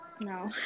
No